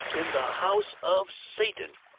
in the house of satan!